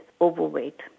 overweight